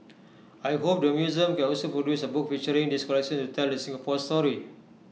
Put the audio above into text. I hope the museum can also produce A book featuring this collection to tell the Singapore story